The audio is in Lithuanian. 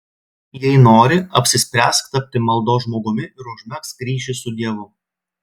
jei nori apsispręsk tapti maldos žmogumi ir užmegzk ryšį su dievu